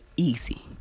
easy